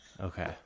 Okay